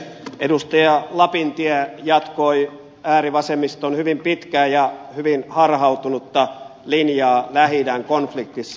edustaja lapintie jatkoi äärivasemmiston hyvin pitkää ja hyvin harhautunutta linjaa lähi idän konfliktissa